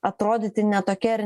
atrodyti ne tokia ir